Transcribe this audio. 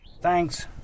Thanks